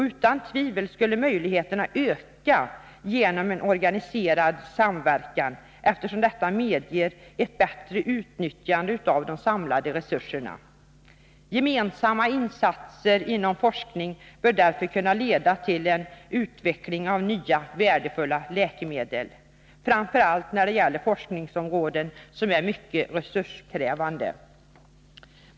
Utan tvivel skulle möjligheterna öka genom en organiserad samverkan, eftersom detta medger ett bättre utnyttjande av de samlade resurserna. Gemensamma insatser inom forskning bör därför kunna leda till en utveckling av nya värdefulla läkemedel. Framför allt gäller detta forskningsområden som är mycket resurskrävande.